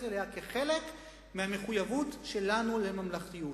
כאל חלק מהמחויבות שלנו לממלכתיות.